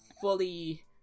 fully